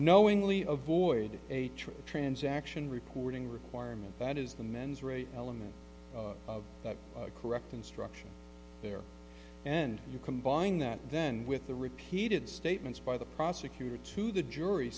knowingly avoid a true transaction reporting requirement that is the mens rea element of the correct instruction there and you combine that then with the repeated statements by the prosecutor to the jury